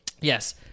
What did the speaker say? yes